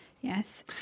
Yes